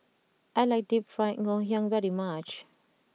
I like Deep Fried Ngoh Hiang very much